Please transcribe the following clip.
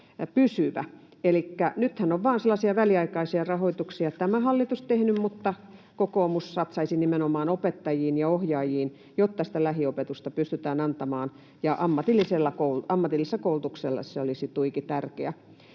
Elikkä nythän on vain sellaisia väliaikaisia rahoituksia tämä hallitus tehnyt, mutta kokoomus satsaisi nimenomaan opettajiin ja ohjaajiin, jotta sitä lähiopetusta pystytään antamaan. Ammatilliselle koulutukselle se olisi tuiki tärkeä.